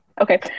okay